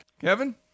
Kevin